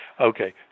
Okay